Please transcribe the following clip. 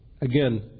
Again